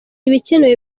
ibikenewe